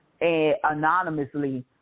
anonymously